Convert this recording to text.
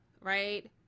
right